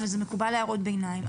מקובל, וזה מקובל הערות ביניים.